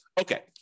Okay